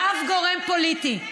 לאף גורם פוליטי.